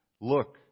Look